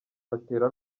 batera